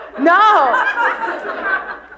no